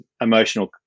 emotional